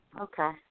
Okay